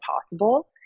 possible